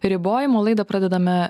ribojimų o laidą pradedame